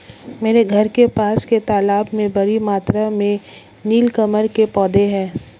मेरे घर के पास के तालाब में बड़ी मात्रा में नील कमल के पौधें हैं